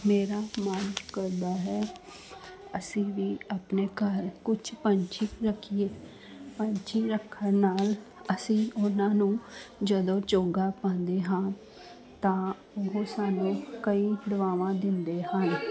ਮੇਰਾ ਮਨ ਕਰਦਾ ਹੈ ਅਸੀਂ ਵੀ ਆਪਣੇ ਘਰ ਕੁਛ ਪੰਛੀ ਰੱਖੀਏ ਪੰਛੀ ਰੱਖਣ ਨਾਲ ਅਸੀਂ ਉਹਨਾਂ ਨੂੰ ਜਦੋਂ ਚੋਗਾ ਪਾਉਂਦੇ ਹਾਂ ਤਾਂ ਉਹ ਸਾਨੂੰ ਕਈ ਦੁਆਵਾਂ ਦਿੰਦੇ ਹਨ